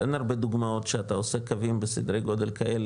אין הרבה דוגמאות שאתה עושה קווים בסדרי גודל כאלה,